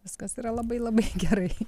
viskas yra labai labai gerai